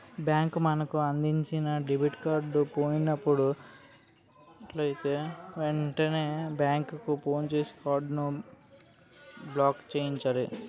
bank మనకు అందించిన debit card పోయినట్లయితే వెంటనే బ్యాంకుకు ఫోన్ చేసి కార్డును బ్లాక్చేయించాలి